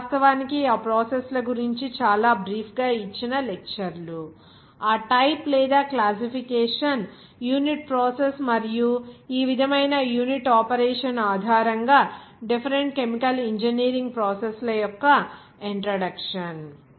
ఇది వాస్తవానికి ఆ ప్రాసెస్ ల గురించి చాలా బ్రీఫ్ గా ఇచ్చిన లెక్చర్లు ఆ టైప్ లేదా క్లాసిఫికేషన్ యూనిట్ ప్రాసెస్ మరియు ఈ విధమైన యూనిట్ ఆపరేషన్ ఆధారంగా డిఫెరెంట్ కెమికల్ ఇంజనీరింగ్ ప్రాసెస్ ల యొక్క ఇంట్రడక్షన్